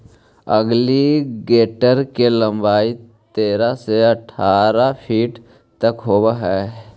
alligator के लंबाई तेरह से अठारह फीट तक होवऽ हइ